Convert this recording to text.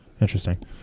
Interesting